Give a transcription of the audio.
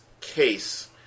case